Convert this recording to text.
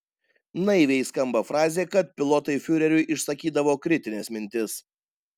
naiviai skamba frazė kad pilotai fiureriui išsakydavo kritines mintis